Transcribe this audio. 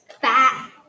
fat